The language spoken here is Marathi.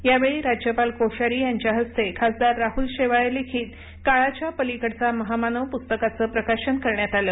यावेळी राज्यपाल कोश्यारी यांच्या हस्ते खासदार राहुल शेवाळे लिखित काळाच्या पलीकडचा महामानव पुस्तकाचं प्रकाशन करण्यात आलं